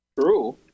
True